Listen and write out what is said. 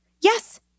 yes